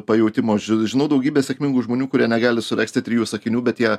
pajautimo aš žinau daugybę sėkmingų žmonių kurie negali suregzti trijų sakinių bet jie